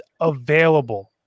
available